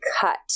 cut